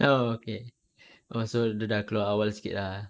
oh okay lepas tu dia dah keluar awal sikit lah